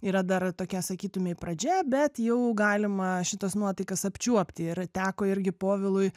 yra dar tokia sakytumei pradžia bet jau galima šitas nuotaikas apčiuopti ir teko irgi povilui